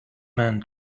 man